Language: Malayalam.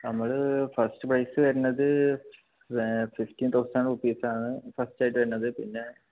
നമ്മൾ ഫസ്റ്റ് പ്രൈസ് വെരണത്വരുന്നത് ഫിഫ്റ്റീൻ തൗസൻഡ് റുപ്പീസാണ് ഫസ്റ്റ് ആയിട്ട് വരുന്നത് പിന്നെ